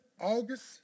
August